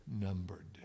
numbered